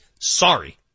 Sorry